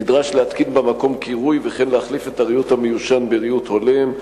נדרש להתקין במקום קירוי וכן להחליף את הריהוט המיושן בריהוט הולם.